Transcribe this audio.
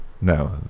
No